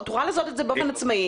תוכל לעשות את זה באופן עצמאי